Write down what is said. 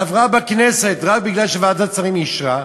עברה בכנסת רק בגלל שוועדת השרים אישרה,